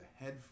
ahead